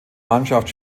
mannschaft